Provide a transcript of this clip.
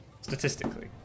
Statistically